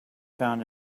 found